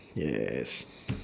yes